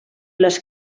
les